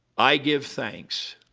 i give thanks,